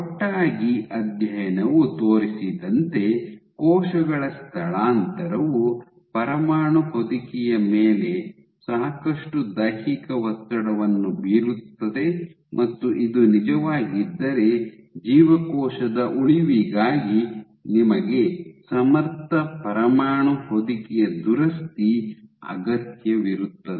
ಒಟ್ಟಾಗಿ ಅಧ್ಯಯನವು ತೋರಿಸಿದಂತೆ ಕೋಶಗಳ ಸ್ಥಳಾಂತರವು ಪರಮಾಣು ಹೊದಿಕೆಯ ಮೇಲೆ ಸಾಕಷ್ಟು ದೈಹಿಕ ಒತ್ತಡವನ್ನು ಬೀರುತ್ತದೆ ಮತ್ತು ಇದು ನಿಜವಾಗಿದ್ದರೆ ಜೀವಕೋಶದ ಉಳಿವಿಗಾಗಿ ನಿಮಗೆ ಸಮರ್ಥ ಪರಮಾಣು ಹೊದಿಕೆಯ ದುರಸ್ತಿ ಅಗತ್ಯವಿರುತ್ತದೆ